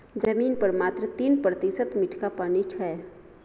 जमीन पर मात्र तीन प्रतिशत मीठका पानि छै